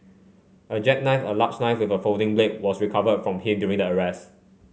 a jackknife a large knife with a folding blade was recovered from him during the arrest